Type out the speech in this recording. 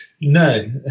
No